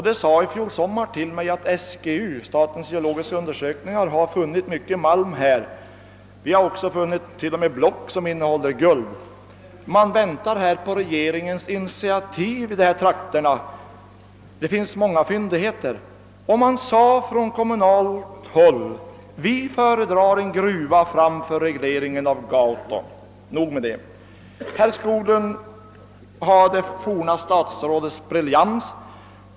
De sade i fjol sommar till mig att SGU, statens geologiska undersökningar, har funnit mycket malm där — t.o.m. block som innehåller guld. Man väntar på regeringens initiativ i dessa trakter. Det finns många fyndigheter, och man sade från kommunalt håll: Vi föredrar en gruva framför regleringen av Gauto. — Nog med det! Herr Skoglund har det forna statsrådets briljans.